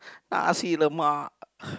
Nasi-Lemak